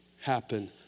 happen